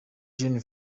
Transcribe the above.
gen